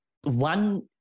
one